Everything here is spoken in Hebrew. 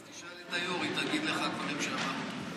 אז תשאל את היושבת-ראש, היא תגיד לך דברים שאמרנו.